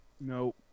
No